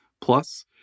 Plus